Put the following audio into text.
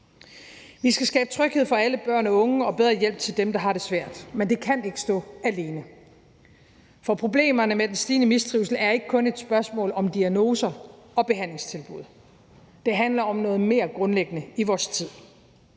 Vi skal skabe tryghed for alle børn og unge og bedre hjælp til dem, der har det svært, men det kan ikke stå alene. For problemerne med den stigende mistrivsel er ikke kun et spørgsmål om diagnoser og behandlingstilbud. Det handler om noget mere grundlæggende i vores tid